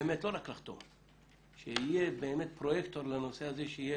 ולא רק לחתום אלא באמת יהיה פרויקטור לנושא הזה שיקבע